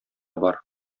бар